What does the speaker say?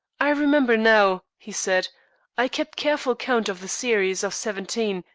i remember now, he said i kept careful count of the series of seventeen,